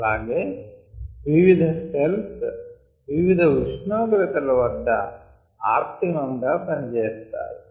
అలాగే వివిధ సెల్స్ వివిధ ఉష్ణోగ్రతల వద్ద ఆప్టిమమ్ గా పనిచేస్తాయి